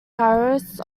harris